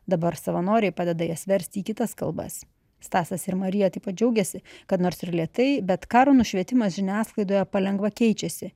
dabar savanoriai padeda jas versti į kitas kalbas stasas ir marija taip pat džiaugiasi kad nors ir lėtai bet karo nušvietimas žiniasklaidoje palengva keičiasi